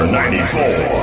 94